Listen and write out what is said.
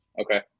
Okay